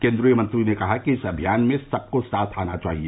केन्द्रीय मंत्री ने कहा कि इस अभियान में सबको साथ आना चाहिए